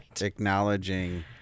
acknowledging